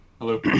Hello